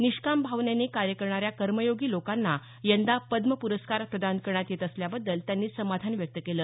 निष्काम भावनेने कार्य करणाऱ्या कर्मयोगी लोकांना यंदा पद्म प्रस्कार प्रदान करण्यात येत असल्याबद्दल त्यांनी समाधान व्यक्त केलं